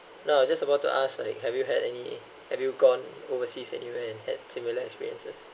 now I was just about to ask like have you had any have you gone overseas and anywhere and had similar experiences